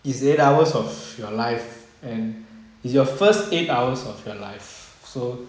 is eight hours of your life and is your first eight hours of your life so